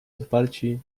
odparci